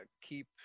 keep